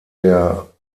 der